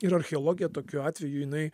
ir archeologija tokiu atveju jinai